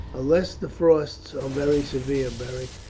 unless the frosts are very severe, beric,